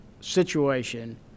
situation